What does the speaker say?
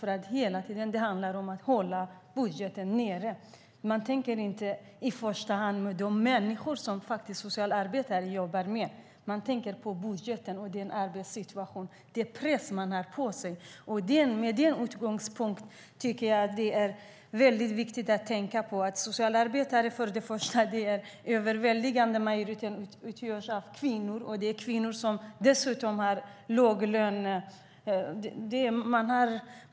Det handlar hela tiden om att hålla budgeten nere. Man tänker inte i första hand på de människor som socialarbetare jobbar med; man tänker på budgeten. Man har en press på sig. Det är viktigt att tänka på att socialarbetare till övervägande delen är kvinnor, och det är kvinnor som har låg lön.